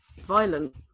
violent